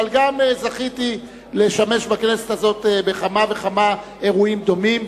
אבל גם זכיתי לשמש בכנסת הזאת בכמה וכמה אירועים דומים.